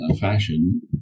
fashion